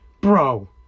Bro